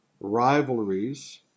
rivalries